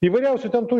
įvairiausių ten tų